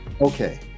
Okay